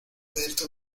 pedirte